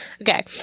Okay